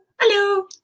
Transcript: Hello